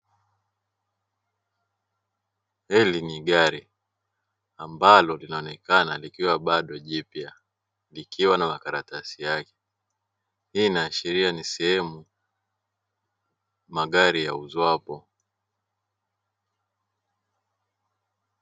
Hili ni gari ambalo linaonekana likiwa bado jipya likiwa na makaratasi yake hii inaashiria ni sehemu, magari ya uzwapo.